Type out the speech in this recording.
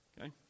Okay